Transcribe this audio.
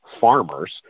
farmers